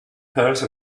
purse